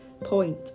Point